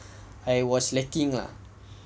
I was lacking ah